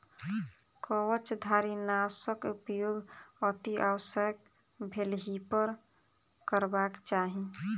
कवचधारीनाशक उपयोग अतिआवश्यक भेलहिपर करबाक चाहि